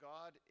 God